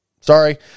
sorry